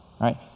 right